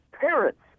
parents